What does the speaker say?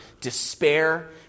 despair